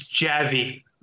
Javi